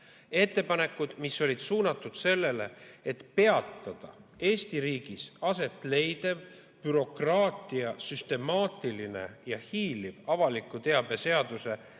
Ettepanekud olid suunatud sellele, et peatada Eesti riigis aset leidev bürokraatia, süstemaatiline ja hiiliv avaliku teabe seaduse